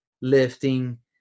lifting